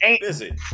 Busy